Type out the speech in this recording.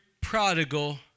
prodigal